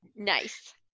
Nice